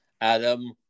Adam